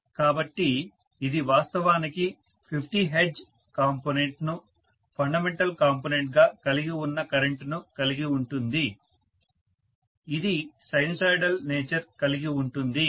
కాబట్టి ఇది వాస్తవానికి 50 హెర్ట్జ్ కాంపోనెంట్ ను ఫండమెంటల్ కాంపోనెంట్ గా కలిగి ఉన్న కరెంటు ను కలిగి ఉంటుంది ఇది సైనుసోయిడల్ నేచర్ కలిగిఉంటుంది